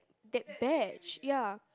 that batch ya